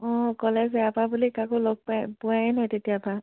অঁ কলেজ এৰাৰ পৰা বুলি কাকো লগ পাই পোৱাই নাই তেতিয়াৰ পৰা